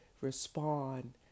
respond